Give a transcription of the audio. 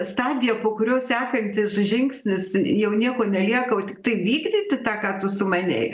stadija po kurios sekantis žingsnis jau nieko nelieka jau tiktai vykdyti tą ką tu sumanei